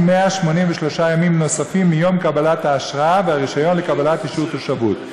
183 ימים נוספים מיום קבלת האשרה והרישיון לקבלת אישור תושבות.